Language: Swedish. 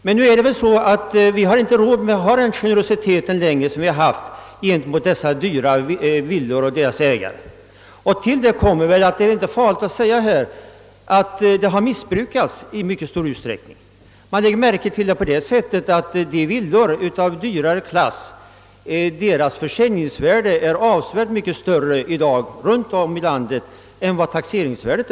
Men vi har nu inte längre råd att kosta på oss den generositet, som vi tidigare visat mot ägarna av de dyra villorna. Till detta kommer, vilket inte kan vara farligt att nämna i denna kammare, att denna välvilja i mycket stor utsträckning har missbrukats. Detta framgår av det förhållandet, att försäljningsvärdena på de dyrare villorna runt om i vårt land är avsevärt mycket större än taxeringsvärdena.